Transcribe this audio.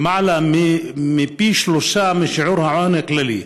למעלה מפי שלושה משיעור העוני הכללי.